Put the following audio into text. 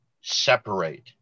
separate